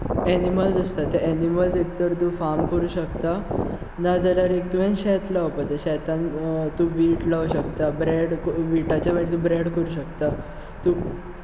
animals आसता ते animals एक तर तूं फार्म कोरूंक शकता नाजाल्यार एक तुवेंन शेत लावपाचें शेतान तूं वीट लावंक शकता ब्रॅड क विटाचे मागीर तूं ब्रॅड कोरूंक शकता तूं